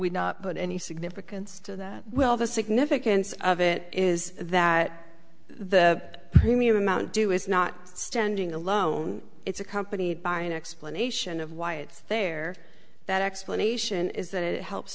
we not put any significance to that well the significance of it is that the premium amount due is not standing alone it's accompanied by an explanation of why it's there that explanation is that it helps